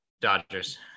Dodgers